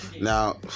Now